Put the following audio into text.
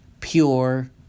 pure